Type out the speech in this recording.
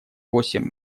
восемь